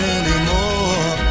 anymore